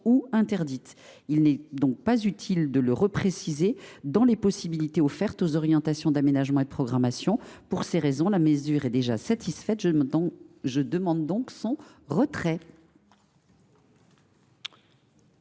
ou interdite. Il n’est donc pas utile de le repréciser parmi les possibilités offertes aux orientations d’aménagement et de programmation. Pour ces raisons, cet amendement étant satisfait, j’en demande le retrait.